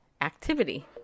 activity